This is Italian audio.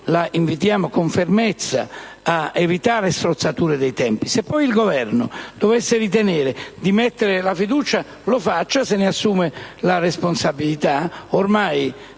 la invitiamo, con fermezza, ad evitare strozzature dei tempi. Se poi il Governo dovesse ritenere di mettere la fiducia, lo faccia, assumendosene la responsabilità: